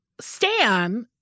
Stan